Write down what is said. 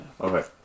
Okay